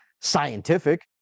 scientific